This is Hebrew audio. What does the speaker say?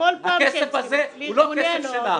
הכסף הזה הוא לא כסף שלך.